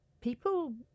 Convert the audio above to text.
People